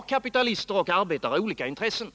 att kapitalister och arbetare har olika intressen.